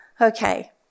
Okay